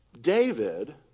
David